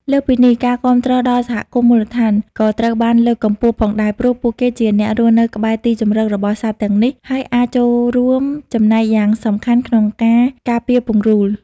លើសពីនេះ ការគាំទ្រដល់សហគមន៍មូលដ្ឋាន ក៏ត្រូវបានលើកកម្ពស់ផងដែរ ព្រោះពួកគេជាអ្នករស់នៅក្បែរទីជម្រករបស់សត្វទាំងនេះ ហើយអាចចូលរួមចំណែកយ៉ាងសំខាន់ក្នុងការការពារពង្រូល។